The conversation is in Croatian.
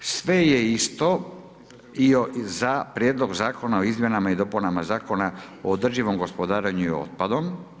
Sve je isto i za Prijedlog zakona o izmjenama i dopunama zakona o održivom gospodarenju i otpadom.